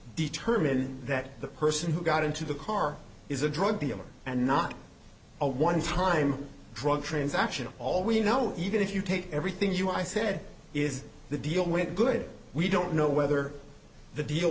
determine that the person who got into the car is a drug dealer and not a one time drug transaction all we know even if you take everything you i said is the deal with good we don't know whether the deal